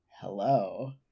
hello